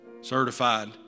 certified